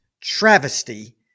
travesty